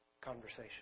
conversation